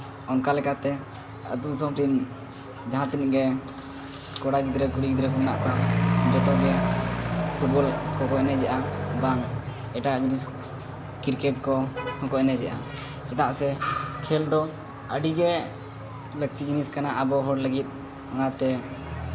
ᱚᱱᱠᱟᱞᱮᱠᱟᱛᱮ ᱟᱹᱛᱩ ᱫᱤᱥᱚᱢ ᱨᱮᱱ ᱡᱟᱦᱟᱸᱛᱤᱱᱟᱹᱜ ᱜᱮ ᱠᱚᱲᱟ ᱜᱤᱫᱽᱨᱟᱹ ᱠᱩᱲᱤ ᱜᱤᱫᱽᱨᱟᱹ ᱠᱚ ᱢᱮᱱᱟᱜ ᱠᱚᱣᱟ ᱡᱚᱛᱚ ᱜᱮ ᱯᱷᱩᱴᱵᱚᱞ ᱠᱚᱠᱚ ᱮᱱᱮᱡᱮᱜᱼᱟ ᱵᱟᱝ ᱮᱴᱟᱜ ᱡᱤᱱᱮᱥ ᱠᱚ ᱠᱨᱤᱠᱮᱴ ᱠᱚ ᱦᱚᱸᱠᱚ ᱮᱱᱮᱡᱮᱜᱼᱟ ᱪᱮᱫᱟᱜ ᱥᱮ ᱠᱷᱮᱹᱞ ᱫᱚ ᱟᱹᱰᱤ ᱜᱮ ᱞᱟᱹᱠᱛᱤ ᱡᱤᱱᱤᱥ ᱠᱟᱱᱟ ᱟᱵᱚ ᱦᱚᱲ ᱞᱟᱹᱜᱤᱫ ᱚᱱᱟᱛᱮ